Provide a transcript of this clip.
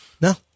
No